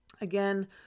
Again